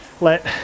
let